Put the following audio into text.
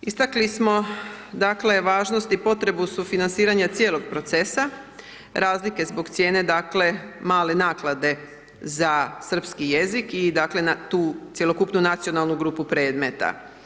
Istakli smo dakle važnost i potrebu sufinanciranja cijelog procesa, razlike zbog cijene dakle male naklade za srpski jezik i dakle, tu cjelokupnu nacionalnu grupu predmeta.